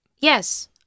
Yes